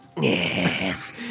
yes